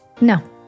No